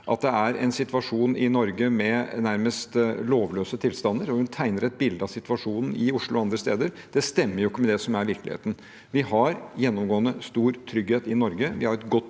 at det er en situasjon i Norge med nærmest lovløse tilstander – hun tegner et bilde av situasjonen i Oslo og andre steder – ikke stemmer med virkeligheten. Vi har gjennomgående stor trygghet i Norge.